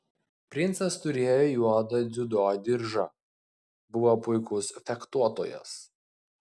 princas turėjo juodą dziudo diržą buvo puikus fechtuotojas